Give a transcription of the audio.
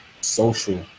social